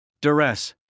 duress